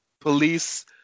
police